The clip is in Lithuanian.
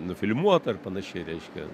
nufilmuota ir panašiai reiškia